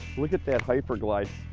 look at that hyper-glide!